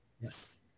Yes